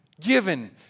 given